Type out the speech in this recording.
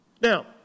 Now